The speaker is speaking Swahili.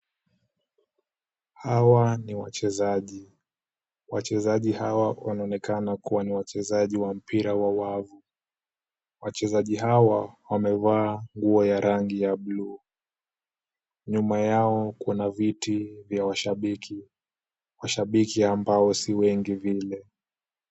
Hawa ni wachezaji. Wachezaji hawa wanaonekana kuwa ni wachezaji wa mpira wa wavu. Wachezaji hawa wamevaa nguo ya rangi ya blue . Nyuma yao kuna viti vya washabiki, washabiki ambao si wengi vile.